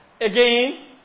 Again